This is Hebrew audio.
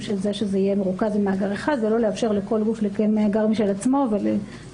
שיהיה מרוכז במאגר אחד ולא לאפשר לכל גוף לקיים מאגר משל עצמו ולדוור